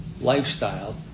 lifestyle